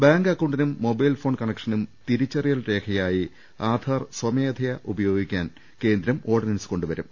bank അക്കൌണ്ടിനും mobile phone കണക്ഷനും തിരി ച്ചറിയൽ രേഖയായി ആധാർ സ്വമേധയാ ഉപയോഗിക്കാൻ കേന്ദ്രം ഓർഡിനൻസ് കൊണ്ടുവരും